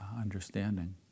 understanding